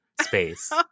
space